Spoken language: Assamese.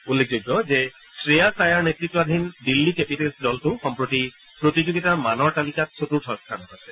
উল্লেখযোগ্য যে শ্ৰেয়াছ আয়াৰ নেত়তাধীন দিল্লী কেপিটেল্ছ দলটো সম্প্ৰতি প্ৰতিযোগিতাৰ মানৰ তালিকাত চতুৰ্থ স্থানত আছে